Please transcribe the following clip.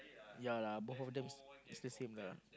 ya lah both of them s~ it's the same lah